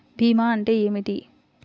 భీమా అంటే ఏమిటి?